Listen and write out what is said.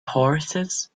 horses